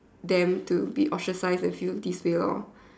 them to be ostracized and feel this way lor